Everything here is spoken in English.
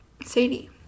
Sadie